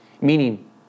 Meaning